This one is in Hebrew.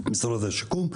של משרד השיכון,